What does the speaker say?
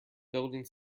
building